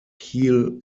kiel